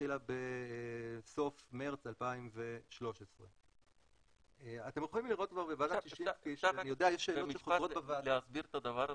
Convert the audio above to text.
התחילה בסוף מרץ 2013. אפשר במשפט להסביר את הדבר הזה?